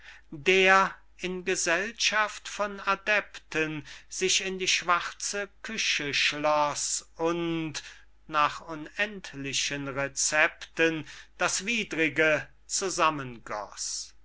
der in gesellschaft von adepten sich in die schwarze küche schloß und nach unendlichen recepten das widrige zusammengoß